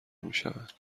میشوند